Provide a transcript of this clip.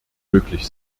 möglich